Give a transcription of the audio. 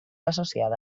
associada